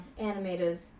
animators